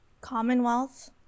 Commonwealth